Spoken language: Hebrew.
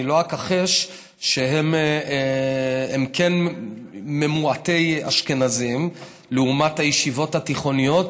אני לא אכחיש שהם כן מעוטי אשכנזים לעומת הישיבות התיכוניות.